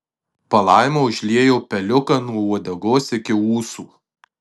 palaima užliejo peliuką nuo uodegos iki ūsų